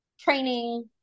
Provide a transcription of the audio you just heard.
training